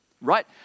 right